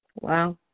Wow